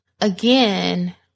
Again